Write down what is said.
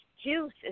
juice